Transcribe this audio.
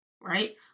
Right